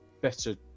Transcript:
better